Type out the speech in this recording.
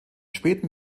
späten